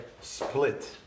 split